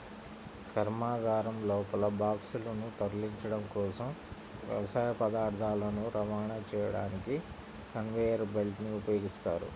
కర్మాగారం లోపల బాక్సులను తరలించడం కోసం, వ్యవసాయ పదార్థాలను రవాణా చేయడానికి కన్వేయర్ బెల్ట్ ని ఉపయోగిస్తారు